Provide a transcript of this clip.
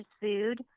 food